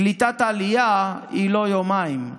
קליטת העלייה היא לא ביומיים.